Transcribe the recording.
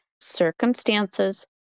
Circumstances